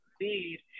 need